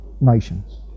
nations